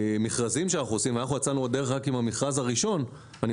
במכרזים שאנחנו עושים ואנחנו יצאנו לדרך רק עם המכרז הראשון ואני